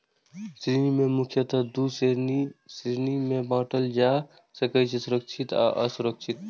ऋण कें मुख्यतः दू श्रेणी मे बांटल जा सकै छै, सुरक्षित आ असुरक्षित